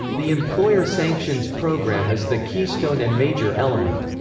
the employer sanctions program is the keystone and major element.